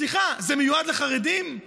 סליחה, זה מיועד לחרדים,